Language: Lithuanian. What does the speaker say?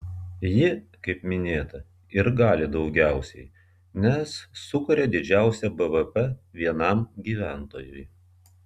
ji kaip minėta ir gali daugiausiai nes sukuria didžiausią bvp vienam gyventojui